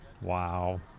Wow